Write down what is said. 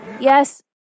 Yes